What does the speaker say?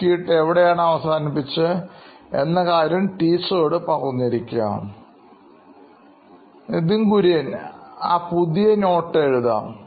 നോക്കിയിട്ട് എവിടെയാണ് അവസാനിപ്പിച്ചത് എന്നകാര്യം ടീച്ചറോട് പറഞ്ഞിരിക്കാം Nithin Kurian COO Knoin Electronics ആ പുതിയ നോട്ട് എഴുതാം